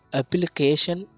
application